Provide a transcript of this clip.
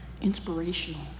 Inspirational